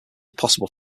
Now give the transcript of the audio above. possible